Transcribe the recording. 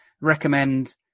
recommend